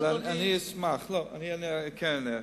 אני כן אענה.